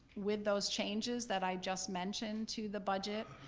with those changes that i just mentioned to the budget,